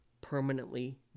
permanently